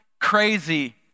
crazy